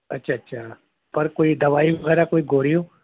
अच्छा अच्छा पर कोई दवाई वग़ैरह कोई गोरियूं